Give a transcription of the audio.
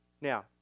Now